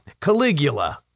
Caligula